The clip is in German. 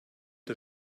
der